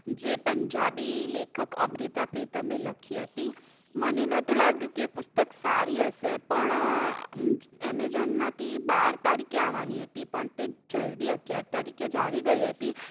જે પંજાબી લેખક અમ્રીતા પ્રીતમે લખી હતી મને નહોતું લાગતું કે તે પુસ્તક સારી હશે પણ એમેઝોનમાંથી બાર તારીખે આવવાની હતી પણ તે જલદી અગિયાર તારીખે જ આવી ગઈ હતી